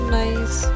nice